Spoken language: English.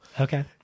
Okay